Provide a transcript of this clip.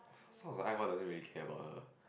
sounds like Ai Hua doesn't really care about her